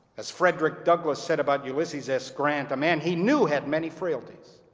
as frederick douglass said about ulysses s. grant, a man he knew had many frailties